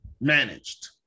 managed